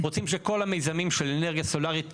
רוצים שכל המיזמים של אנרגיה סולארית